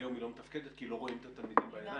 היום בכלל לא מתפקדת כי היא לא רואה את התלמידים בעיניים.